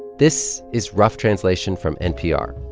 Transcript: this is rough translation from npr,